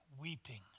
weeping